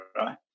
right